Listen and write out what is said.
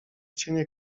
cienie